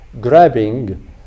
grabbing